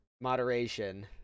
moderation